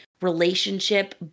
relationship